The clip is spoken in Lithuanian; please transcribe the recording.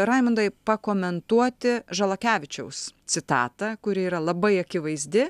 raimundai pakomentuoti žalakevičiaus citatą kuri yra labai akivaizdi